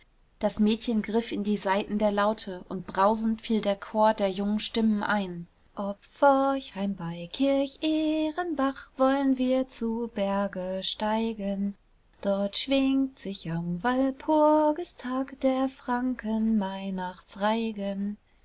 das mädchen griff in die saiten der laute und brausend fiel der chor der jungen stimmen ein ob forchheim bei kirchehrenbach woll'n wir zu berge steigen dort schwingt sich am walpurgistag der franken